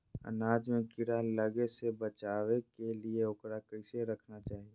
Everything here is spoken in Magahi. अनाज में कीड़ा लगे से बचावे के लिए, उकरा कैसे रखना चाही?